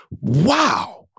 wow